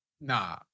Nah